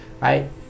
Right